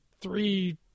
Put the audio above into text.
three